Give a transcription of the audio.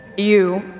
you,